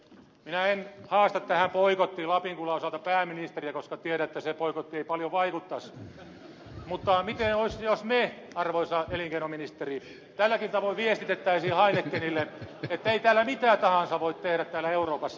minä en haasta tähän boikottiin lapin kullan osalta pääministeriä koska tiedän että se boikotti ei paljon vaikuttaisi mutta miten olisi jos me arvoisa elinkeino ministeri tälläkin tavoin viestittäisimme heinekenille että ei täällä mitä tahansa voi tehdä täällä euroopassa